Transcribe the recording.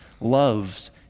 loves